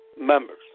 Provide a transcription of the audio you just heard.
members